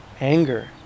anger